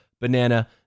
banana